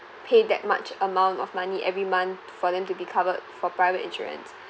pay that much amount of money every month for them to be covered for private insurance